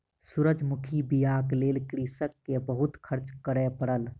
सूरजमुखी बीयाक लेल कृषक के बहुत खर्च करअ पड़ल